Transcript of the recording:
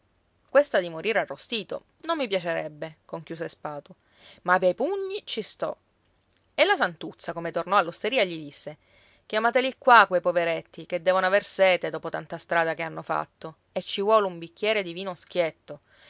questa di morire arrostito non mi piacerebbe conchiuse spatu ma pei pugni ci sto e la santuzza come tornò all'osteria gli disse chiamateli qua quei poveretti che devono aver sete dopo tanta strada che hanno fatto e ci vuole un bicchiere di vino schietto